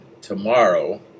tomorrow